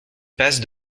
passe